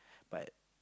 but